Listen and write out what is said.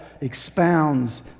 expounds